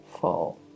full